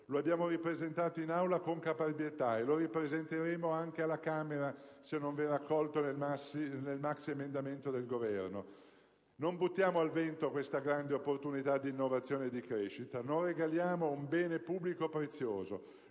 Lo abbiamo ripresentato in Aula con caparbietà, e lo ripresenteremo anche alla Camera se non verrà compreso nel maxi emendamento del Governo. Non buttiamo al vento questa grande opportunità di innovazione e di crescita. Non regaliamo un bene pubblico prezioso.